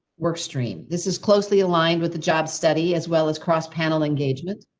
work stream, this is closely aligned with the job study as well as cross panel engagement.